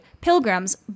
pilgrims